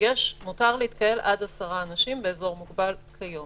מותר להתקהל עד 10 אנשים באזור מוגבל כיום.